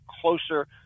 closer